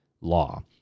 law